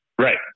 Right